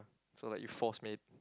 so like you force me